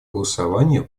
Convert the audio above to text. голосования